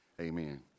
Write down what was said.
amen